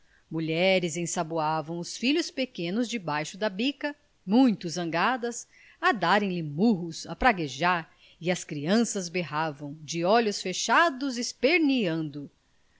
mulheres ensaboavam os filhos pequenos debaixo da bica muito zangadas a darem lhes murros a praguejar e as crianças berravam de olhos fechados esperneando